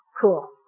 cool